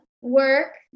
work